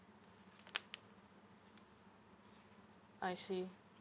I see